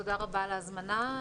תודה רבה על ההזמנה.